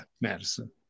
Madison